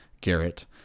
Garrett